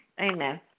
Amen